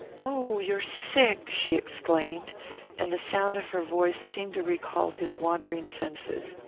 oh, you're sick! she exclaimed and the sound of her voice seemed to recall his wandering senses.